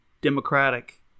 democratic